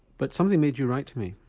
but something made you write to me.